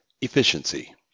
Efficiency